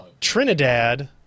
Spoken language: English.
Trinidad